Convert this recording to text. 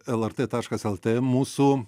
lrt taškas lt mūsų